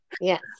yes